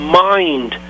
mind